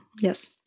yes